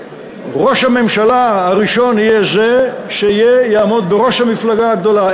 ראש הממשלה הראשון יהיה זה שיעמוד בראש המפלגה הגדולה.